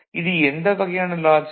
இது எந்த வகையான லாஜிக்